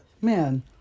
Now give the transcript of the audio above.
man